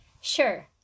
Sure